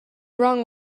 wrong